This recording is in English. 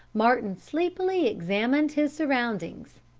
martin sleepily examined his surroundings.